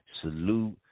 Salute